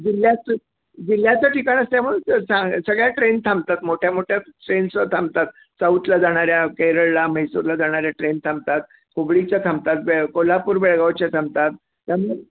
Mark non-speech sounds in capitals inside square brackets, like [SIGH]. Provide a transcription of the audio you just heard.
जिल्ह्याचं जिल्ह्याचं ठिकाण असतं आहे म्हणून सगळ्या ट्रेन थांबतात मोठ्या मोठ्या सेन्स थांबतात साऊथला जाणाऱ्या केरळला मैसूरला जाणाऱ्या ट्रेन थांबतात हुबळीच्या थांबतात बे कोल्हापूर बेळगावच्या थांबतात [UNINTELLIGIBLE]